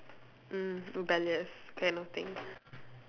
mm rebellious kind of thing